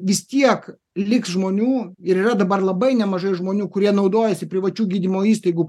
vis tiek liks žmonių ir yra dabar labai nemažai žmonių kurie naudojasi privačių gydymo įstaigų